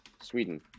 Sweden